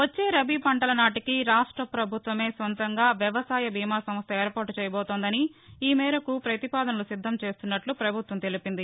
వచ్చే రబీ పంటల నాటికి రాష్ట పభుత్వమే సొంతంగా వ్యవసాయ బీమా సంస్ట ఏర్పాటు చేయబోతోందని ఈ మేరకు ప్రతిపాదనలు సిద్దం చేస్తున్నట్ల పభుత్వం తెలిపింది